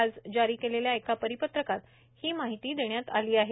आज जारी केलेल्या एका परिपत्रकात ही माहिती देण्यात आली आहे